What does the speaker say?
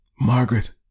Margaret